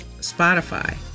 Spotify